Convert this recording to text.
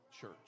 church